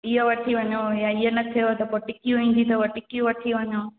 इहो वठी वञो या इहो न थिएव त टिकियूं ईंदियूं अथव टिकियूं वठी वञो